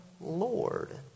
Lord